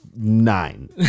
Nine